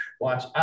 watch